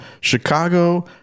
Chicago